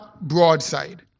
broadside